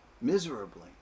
Miserably